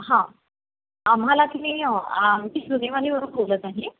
हां आम्हाला की नाही बोलत आहे